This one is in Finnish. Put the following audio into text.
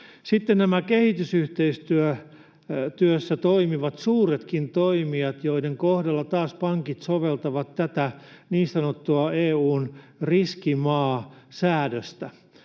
Sitten nämä kehitysyhteistyössä toimivat suuretkin toimijat, joiden kohdalla taas pankit soveltavat tätä niin sanottua EU:n riskimaasäädöstä,